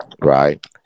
right